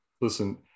Listen